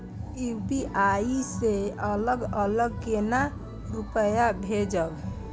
UPI से अलग अलग केना रुपया भेजब